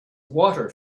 water